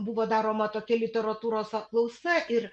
buvo daroma tokia literatūros apklausa ir